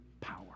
power